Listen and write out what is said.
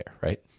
right